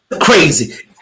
crazy